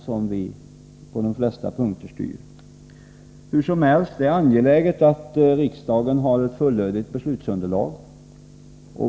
Hur som helst är det angeläget att riksdagen har ett fullödigt beslutsunderlag.